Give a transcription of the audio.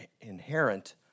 inherent